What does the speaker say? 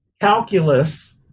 Calculus